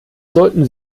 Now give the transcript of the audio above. sollten